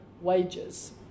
wages